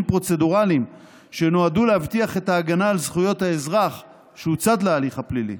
פרוצדורליים שנועדו להבטיח את ההגנה על זכויות האזרח שהוא צד להליך הפלילי.